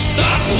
Stop